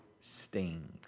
stings